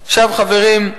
עכשיו, חברים,